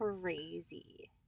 crazy